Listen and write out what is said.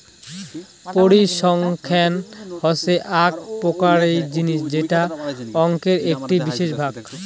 পরিসংখ্যান হসে আক পড়াইয়ার জিনিস যেটা অংকের একটি বিশেষ ভাগ